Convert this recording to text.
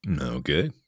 Okay